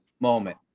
moment